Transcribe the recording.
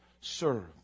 serve